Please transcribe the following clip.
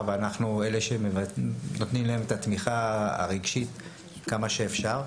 ואנחנו אלה שנותנים לה את התמיכה הרגשית עד כמה שאפשר.